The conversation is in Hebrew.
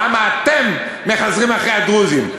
למה אתם מחזרים אחרי הדרוזים?